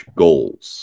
goals